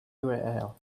urls